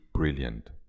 brilliant